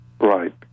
Right